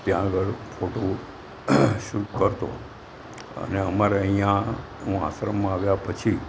ત્યાં આગળ photo shoot કરતો અને અમારે અહીંયાં હું આશ્રમમાં આવ્યા પછી